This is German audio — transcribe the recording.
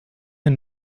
hin